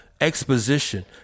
exposition